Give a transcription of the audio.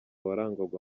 warangwaga